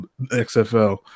XFL